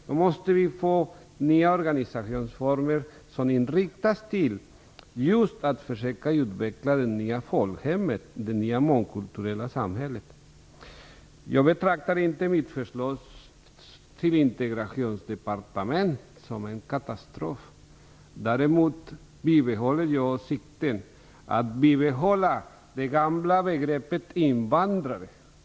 Då behöver vi nya organisationsformer som inriktas på att just fösöka utveckla det nya folkhemmet - det nya mångkulturella samhället. Jag betraktar inte mitt förslag om ett integrationsdepartement som en katastrof. Däremot vidhåller jag åsikten att bibehållandet av det gamla begreppet invandrare är en katastrof.